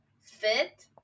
fit